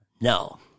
No